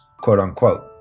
quote-unquote